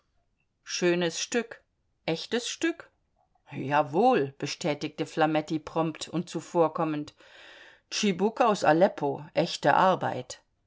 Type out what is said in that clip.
schönes stück echtes stück jawohl bestätigte flametti prompt und zuvorkommend tschibuk aus aleppo echte arbeit